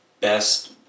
best